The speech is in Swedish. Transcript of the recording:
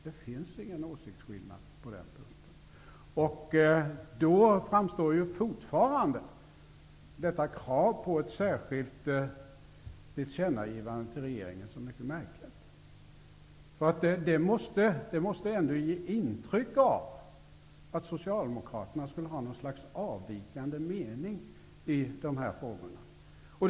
Det finns ingen åsiktsskillnad på den punkten. Då framstår fortfarande detta krav på ett särskilt tillkännagivande till regeringen som mycket märkligt. Det måste ändå ge intryck av att Socialdemokraterna skulle ha en avvikande mening i de här frågorna.